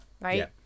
right